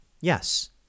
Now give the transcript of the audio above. Yes